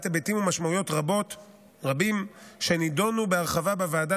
היבטים ומשמעויות רבים שנדונו בהרחבה בוועדה,